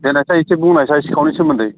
देनायसाय एसे बुंनायसाय सिखावनि सोमोन्दै